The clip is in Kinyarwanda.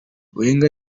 wenger